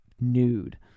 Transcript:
nude